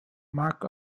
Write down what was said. mark